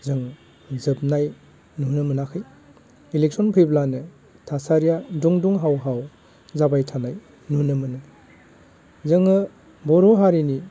जों जोबनाय नुनो मोनाखै एलेकसन फैब्लानो थासारिया दुं दुं हाव हाव जाबाय थानाय नुनो मोनो जोङो बर' हारिनि